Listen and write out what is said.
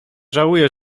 żałuje